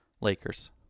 Lakers